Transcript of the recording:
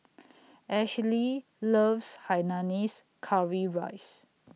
Ashely loves Hainanese Curry Rice